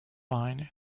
line